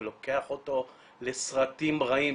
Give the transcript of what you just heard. זה לוקח אותו לסרטים רעים,